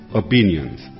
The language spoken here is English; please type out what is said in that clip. opinions